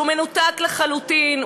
שהוא מנותק לחלוטין,